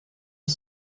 are